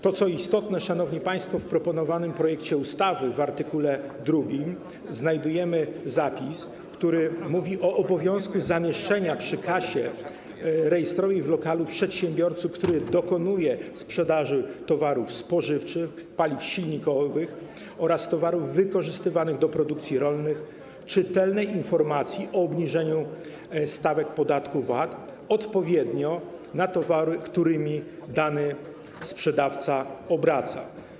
To, co istotne, szanowni państwo - w proponowanym projekcie ustawy w art. 2 znajdujemy zapis, który mówi o obowiązku zamieszczenia przy kasie rejestrującej w lokalu przedsiębiorcy dokonującego sprzedaży towarów spożywczych, paliw silnikowych lub towarów wykorzystywanych do produkcji rolnej czytelnej informacji o obniżeniu stawek podatku VAT odpowiednio na towary, którymi dany sprzedawca obraca.